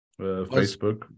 Facebook